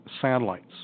satellites